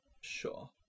Sure